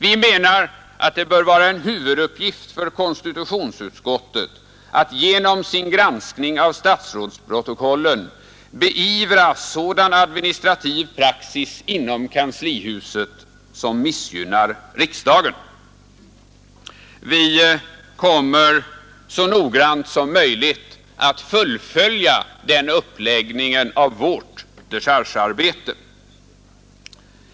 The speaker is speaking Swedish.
Vi anser att ”det bör vara en huvuduppgift för konstitutionsutskottet att genom sin granskning av statsrådsprotokollen beivra sådan administrativ praxis inom kanslihuset som missgynnar riksdagen”. Vi kommer att så noggrant som möjligt fullfölja den uppläggningen av vårt dechargearbete.